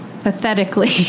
pathetically